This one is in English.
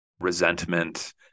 resentment